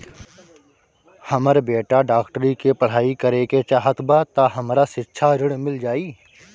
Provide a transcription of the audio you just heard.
हमर बेटा डाक्टरी के पढ़ाई करेके चाहत बा त हमरा शिक्षा ऋण मिल जाई?